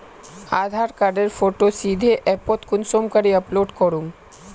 आधार कार्डेर फोटो सीधे ऐपोत कुंसम करे अपलोड करूम?